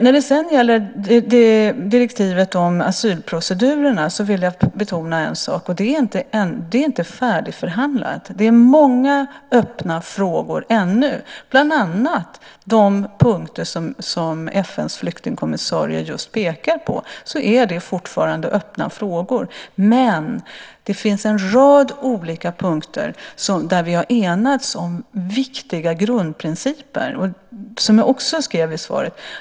När det sedan gäller direktivet om asylprocedurerna vill jag betona en sak. Det är inte färdigförhandlat. Det är ännu många öppna frågor. Bland annat är det de punkter som FN:s flyktingkommissarie just pekar på. Det är fortfarande öppna frågor. Men det finns en rad olika punkter där vi har enats om viktiga grundprinciper. Det skrev jag också i svaret.